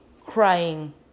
crying